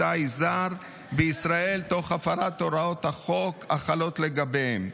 טיס זר בישראל תוך הפרת הוראות החוק החלות לגביו.